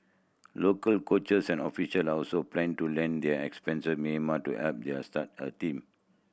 local coaches and official are also plan to lend their to Myanmar to help them start a team